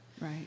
right